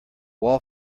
wall